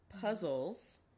puzzles